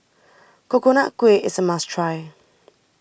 Coconut Kuih is a must try